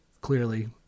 clearly